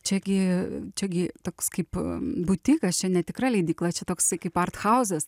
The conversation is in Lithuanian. čia gi čia gi toks kaip butikas čia netikra leidykla čia toksai kaip arthauzas